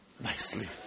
nicely